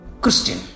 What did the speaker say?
Christian